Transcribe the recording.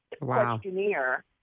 questionnaire